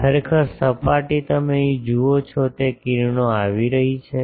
ખરેખર સપાટી તમે અહીં જુઓ છો તે કિરણો આવી રહી છે